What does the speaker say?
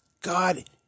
God